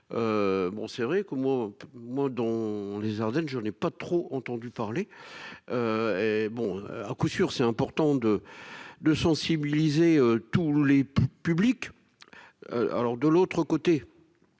c'est vrai que moi moi dont les Ardennes. Je n'ai pas trop entendu parler. Et bon à coup sûr, c'est important de, de sensibiliser tous les publics. Alors de l'autre côté.